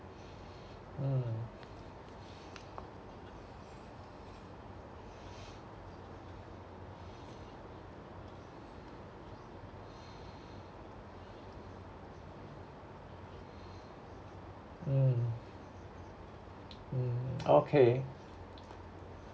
mm mm mm okay